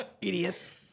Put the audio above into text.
Idiots